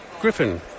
Griffin